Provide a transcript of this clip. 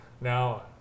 now